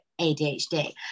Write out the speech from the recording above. ADHD